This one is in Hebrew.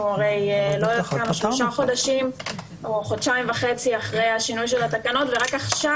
אנחנו חודשיים וחצי אחרי השינוי של התקנות ורק עכשיו